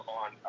on